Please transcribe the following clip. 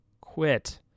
quit